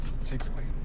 Secretly